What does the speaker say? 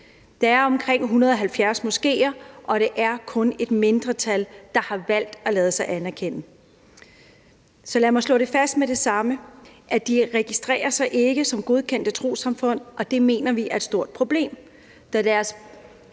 Der er omkring 170 moskeer, og det er kun et mindretal, der har valgt at lade sig anerkende. Så lad mig slå fast med det samme, at de ikke registrerer sig som godkendte trossamfund, og det mener vi er et stort problem,